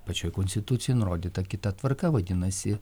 pačioj konstitucijoj nurodyta kita tvarka vadinasi